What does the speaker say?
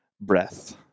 breath